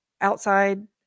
outside